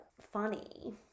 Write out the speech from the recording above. funny